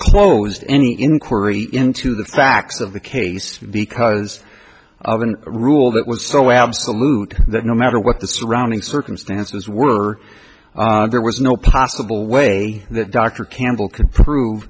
d any inquiry into the facts of the case because of an rule that was so absolute that no matter what the surrounding circumstances were there was no possible way that dr campbell could prove